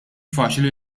faċli